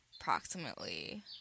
approximately